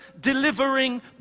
delivering